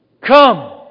Come